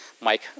Mike